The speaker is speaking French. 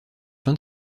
fin